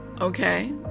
Okay